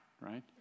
right